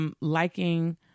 liking